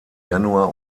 januar